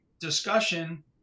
discussion